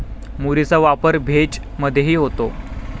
मुरीचा वापर भेज मधेही होतो